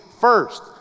first